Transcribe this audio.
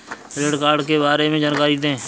श्रम कार्ड के बारे में जानकारी दें?